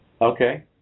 okay